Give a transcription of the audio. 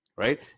Right